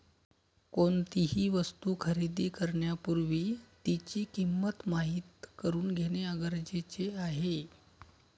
कोणतीही वस्तू खरेदी करण्यापूर्वी तिची किंमत माहित करून घेणे गरजेचे आहे